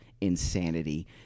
insanity